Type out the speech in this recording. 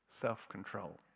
self-control